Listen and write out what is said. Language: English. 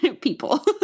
people